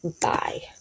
Bye